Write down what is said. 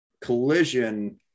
collision